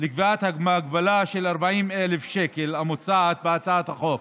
הגבלה של 40,000 שקל המוצעת בהצעת החוק.